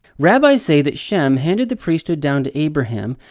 rabbis say that shem handed the priesthood down to abraham,